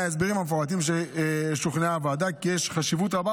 מההסברים המפורטים שוכנעה הוועדה כי יש חשיבות רבה